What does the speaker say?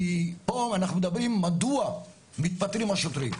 כי פה אנחנו מדברים מדוע מתפטרים השוטרים.